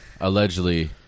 Allegedly